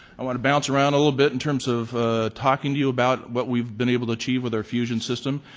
i want to bounce around a little bit in terms of talking to you about what we've been able to achieve with our fusion system.